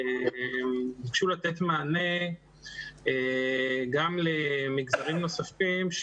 ביקשו לתת מענה גם למגזרים נוספים.